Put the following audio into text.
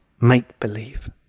make-believe